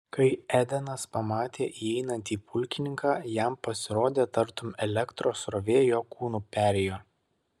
kai edenas pamatė įeinantį pulkininką jam pasirodė tartum elektros srovė jo kūnu perėjo